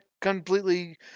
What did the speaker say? completely